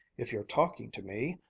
if you're talking to me,